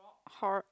hark